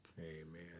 Amen